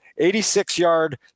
86-yard